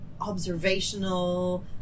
observational